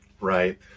Right